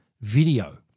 Video